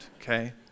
okay